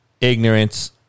ignorance